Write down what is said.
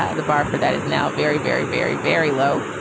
ah the bar for that is now very, very, very, very low.